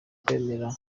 kwemera